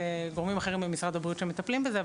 זה גורמים אחרים במשרד הבריאות שמטפלים בזה,